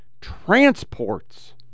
transports